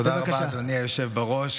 תודה רבה, אדוני היושב בראש.